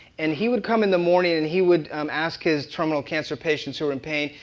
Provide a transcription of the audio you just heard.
and he would come in the morning and he would ask his terminal cancer patients who were in pain,